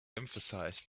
emphasized